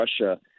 Russia